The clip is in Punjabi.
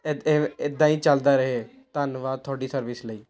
ਇੱਦਾਂ ਹੀ ਚੱਲਦਾ ਰਹੇ ਧੰਨਵਾਦ ਤੁਹਾਡੀ ਸਰਵਿਸ ਲਈ